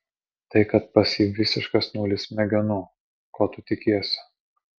tai kad pas jį visiškas nulis smegenų ko tu tikiesi